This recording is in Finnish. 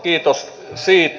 kiitos siitä